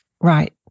Right